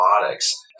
robotics